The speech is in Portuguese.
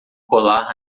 colar